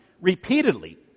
repeatedly